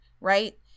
Right